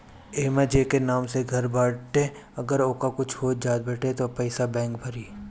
एमे जेकर नाम से घर बाटे अगर ओके कुछ हो जात बा त सब पईसा बैंक भरी